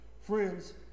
Friends